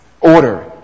order